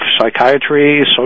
psychiatry